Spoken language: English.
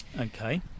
okay